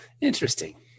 Interesting